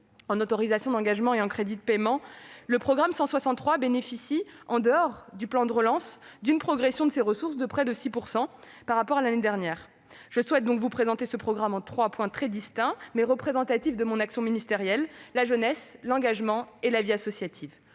en autorisations d'engagement et en crédits de paiement, le programme 163 bénéficie, en dehors du plan de relance, d'une progression de ses ressources de près de 6 % par rapport à l'année dernière. Je souhaite vous présenter ce programme en trois points bien distincts, mais représentatifs de mon action en faveur de la jeunesse, de l'engagement et de la vie associative.